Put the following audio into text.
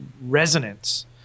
resonance